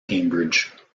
cambridge